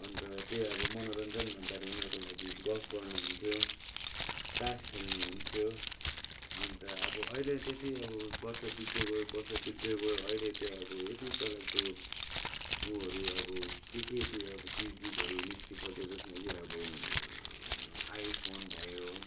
अन्त त्यही अब मनोरञ्जन भन्दाखेरि उनीहरूको लागि गफ गर्नु हुन्थ्यो तास खेल्नु हुन्थ्यो अन्त अब अहिले त्यति अब वर्ष बित्दै गयो वर्ष बित्दै गयो अहिले चाहिँ अब यति डरलाग्दो उहरू अब के के तु अब चिजबिजहरू निस्किसक्यो जसमा कि अब आइफोन भयो